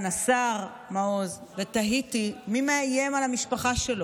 יש בחוץ כוס קפה,